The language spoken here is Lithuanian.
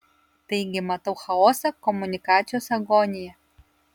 taigi matau chaosą komunikacijos agoniją